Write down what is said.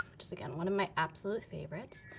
just again, one of my absolute favorites.